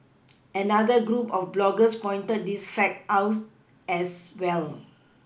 another group of bloggers pointed this fact out as well